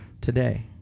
Today